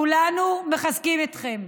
כולנו מחזקים אתכם.